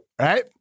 Right